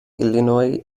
illinois